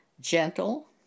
gentle